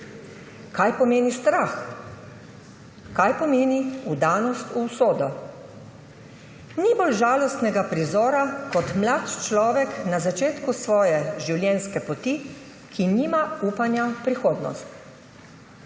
kaj pomeni strah, kaj pomeni vdanost v usodo. Ni bolj žalostnega prizora kot mlad človek na začetku svoje življenjske poti, ki nima upanja v prihodnost.